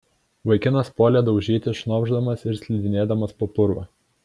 vaikinas puolė daužyti šnopšdamas ir slidinėdamas po purvą